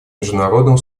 международному